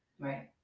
Right